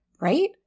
Right